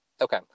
okay